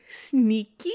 sneaky